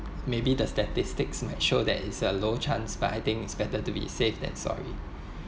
maybe the statistics had showed that it's a low chance but I think it's better to be safe than sorry